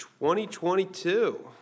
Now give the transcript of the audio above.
2022